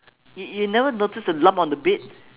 you you never notice the lump on the bed